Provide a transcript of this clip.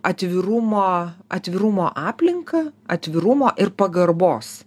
atvirumo atvirumo aplinką atvirumo ir pagarbos